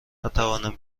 نتوانم